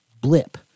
blip